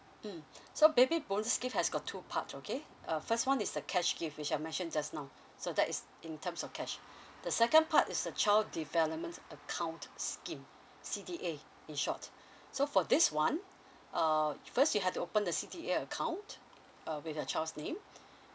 mmhmm so baby bonus gift has got two part okay uh first one is the cash gift which I mentioned just now so that is in terms of cash the second part is the child development account scheme C_D_A in short so for this one uh first you have to open the C_D_A account uh with your child's name